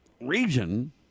region